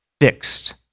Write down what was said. fixed